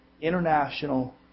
international